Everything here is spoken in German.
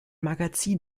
magazin